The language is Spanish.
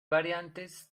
variantes